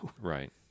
right